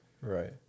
Right